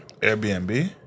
Airbnb